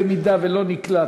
אם לא נקלט.